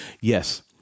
Yes